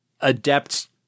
adept